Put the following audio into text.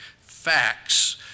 facts